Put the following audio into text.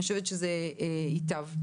אני חושבת שזה ייטב.